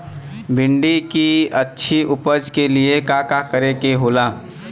भिंडी की अच्छी उपज के लिए का का करे के होला?